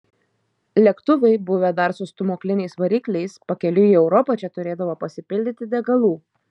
lėktuvai buvę dar su stūmokliniais varikliais pakeliui į europą čia turėdavo pasipildyti degalų